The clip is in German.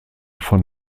von